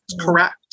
correct